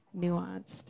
nuanced